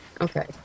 Okay